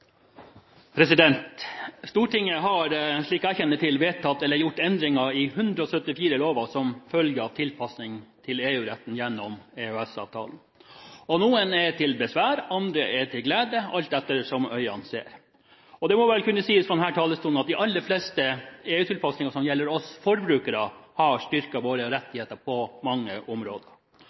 vedtatt. Stortinget har, slik jeg kjenner til, vedtatt eller gjort endringer i 174 lover som følge av tilpasning til EU-retten gjennom EØS-avtalen – noen til besvær, andre til glede, alt etter øynene som ser. Det må vel kunne sies fra denne talerstolen at de aller fleste EU-tilpasninger som gjelder oss forbrukere, har styrket våre rettigheter på mange områder.